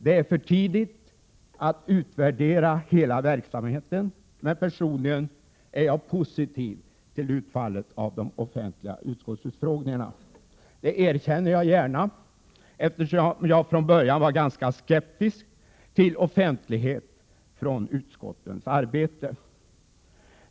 Det är för tidigt att utvärdera hela verksamheten, men personligen är jag positiv till utfallet av de offentliga utskottsutfrågningarna. Det erkänner jag gärna, eftersom jag från början var ganska skeptisk till offentlighet i utskottens arbete.